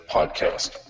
Podcast